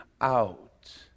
out